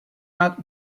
rád